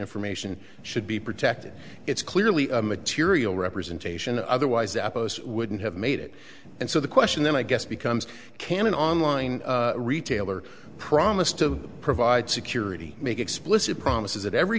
information should be protected it's clearly material representation otherwise they wouldn't have made it and so the question then i guess becomes can an online retailer promise to provide security make explicit promises that every